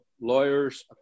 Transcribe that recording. lawyers